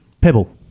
Pebble